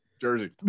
Jersey